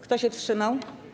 Kto się wstrzymał?